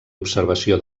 observació